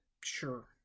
Sure